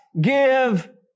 give